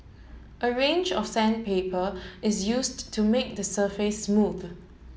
a range of sandpaper is used to make the surface smooth